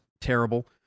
terrible